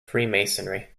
freemasonry